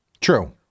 True